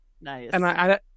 Nice